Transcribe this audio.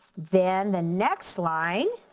then the next line